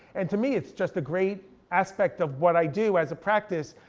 and to me, it's just a great aspect of what i do as a practice.